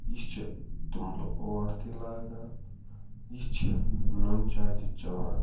یہِ چھُ توٚملہٕ اوٹ تہِ لاگان یہِ چھِ نُن چاے تہِ چٮ۪وان